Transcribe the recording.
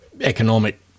economic